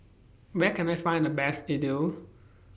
Where Can I Find The Best Idili